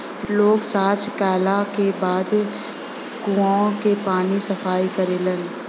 लोग सॉच कैला के बाद कुओं के पानी से सफाई करेलन